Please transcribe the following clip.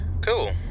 cool